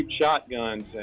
shotguns